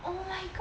oh my god